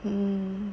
hmm